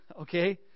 okay